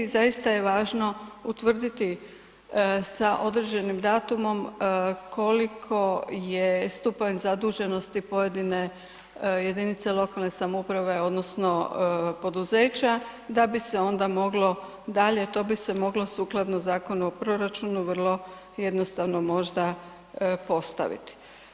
Zaista je važno utvrditi sa određenim datumom koliko je stupanj zaduženosti pojedine jedinice lokalne samouprave, odnosno poduzeća, da bi se onda moglo dalje, to bi se mogli sukladno Zakonu o proračunu vrlo jednostavno možda postaviti.